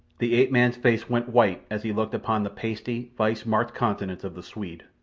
the ape-man's face went white as he looked upon the pasty, vice-marked countenance of the swede.